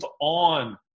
on